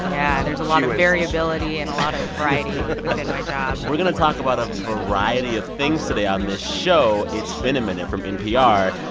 yeah, there's a lot of variability and a lot of variety within my job we're going to talk about a variety of things today on this show, it's been a minute from npr.